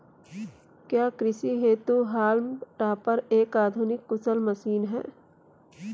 क्या कृषि हेतु हॉल्म टॉपर एक आधुनिक कुशल मशीन है?